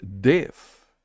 death